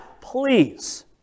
please